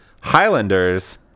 highlanders